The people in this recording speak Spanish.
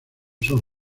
son